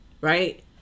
right